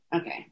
Okay